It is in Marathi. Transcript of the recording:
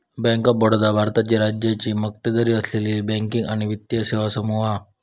बँक ऑफ बडोदा भारताची राज्याची मक्तेदारी असलेली बँकिंग आणि वित्तीय सेवा समूह हा